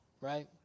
right